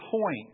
point